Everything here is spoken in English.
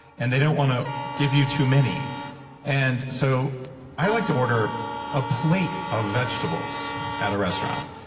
and they don't want to give you too many and so i like to order a plate of vegetables at a restaurant.